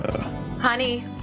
Honey